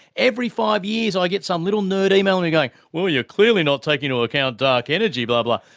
every five years i get some little nerd emailing me going, well, you're clearly not taking into account dark energy, blah, blah.